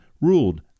ruled